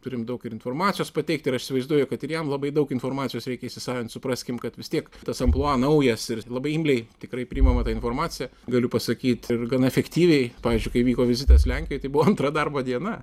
turim daug ir informacijos pateikti ir aš įsivaizduoju kad ir jam labai daug informacijos reikia įsisavint supraskim kad vis tiek tas amplua naujas ir labai imliai tikrai priimama ta informacija galiu pasakyt ir gana efektyviai pavyzdžiui kai vyko vizitas lenkijoj tai buvo antra darbo diena